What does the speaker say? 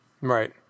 Right